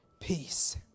peace